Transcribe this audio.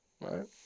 Right